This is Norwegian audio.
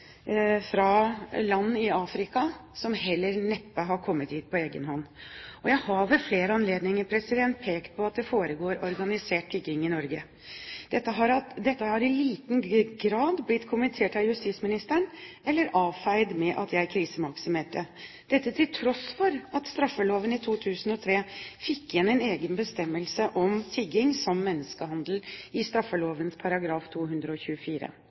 fra land i Afrika som neppe har kommet hit på egen hånd. Jeg har ved flere anledninger pekt på at det foregår organisert tigging i Norge. Dette har i liten grad blitt kommentert av justisministeren eller blitt avfeid med at jeg krisemaksimerte, dette til tross for at man i 2003 fikk inn en egen bestemmelse om tigging som menneskehandel i straffeloven § 224.